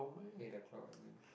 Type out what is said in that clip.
eight o-clock I mean